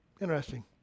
Interesting